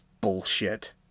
bullshit